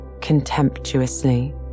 contemptuously